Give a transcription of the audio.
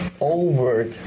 over